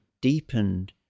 deepened